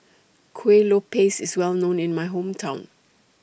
Kueh Lopes IS Well known in My Hometown